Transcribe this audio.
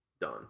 Done